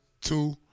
Two